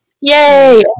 Yay